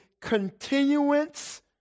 continuance